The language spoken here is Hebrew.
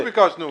בטח שביקשנו.